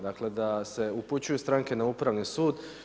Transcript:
Dakle, da se upućuju stranke na Upravni sud.